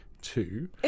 two